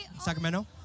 Sacramento